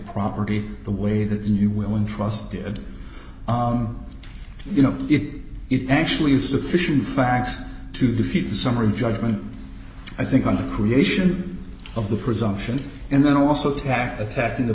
property the way that you will in trust period you know it it actually is sufficient facts to defeat the summary judgment i think on the creation of the presumption and then also to act attacking the